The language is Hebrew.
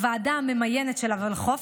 הוועדה הממיינת של הוולחו"ף,